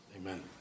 Amen